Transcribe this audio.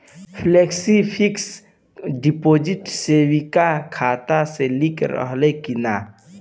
Flexi fix deposit saving खाता से link रहले कि ना?